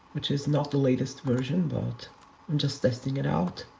which is not the latest version, but i'm just testing it out.